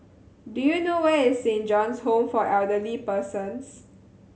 do you know where is Saint John's Home for Elderly Persons